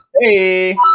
Hey